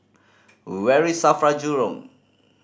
very SAFRA Jurong